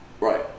Right